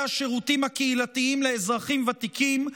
השירותים הקהילתיים לאזרחים ותיקים,